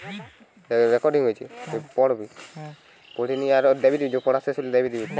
plant pathology মানে যাতে করে উদ্ভিদ, গাছ পালার ম্যালা অসুখের ব্যাপারে জানা যায়টে